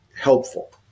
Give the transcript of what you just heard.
helpful